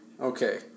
Okay